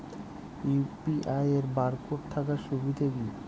UPI এর barcode থাকার সুবিধে কি?